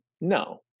No